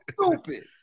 stupid